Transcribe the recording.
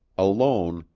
alone,